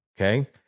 Okay